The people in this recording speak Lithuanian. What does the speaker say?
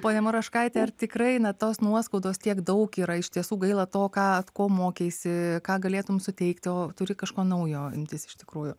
pone muraškaite ar tikrai na tos nuoskaudos tiek daug yra iš tiesų gaila to ką ko mokeisi ką galėtum suteikti o turi kažko naujo imtis iš tikrųjų